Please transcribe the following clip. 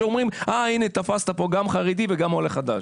אומרים: תפסת גם חרדי וגם עולה חדש.